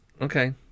Okay